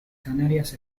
canarias